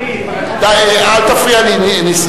נסים, אל תפריע לי.